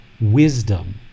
wisdom